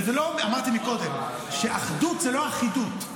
אמרתי קודם שאחדות זו לא אחידות.